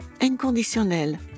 inconditionnel